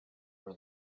were